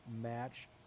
match